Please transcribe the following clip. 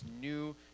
new